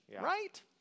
right